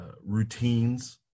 routines